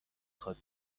خواد